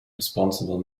responsible